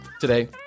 today